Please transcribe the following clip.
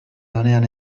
lanean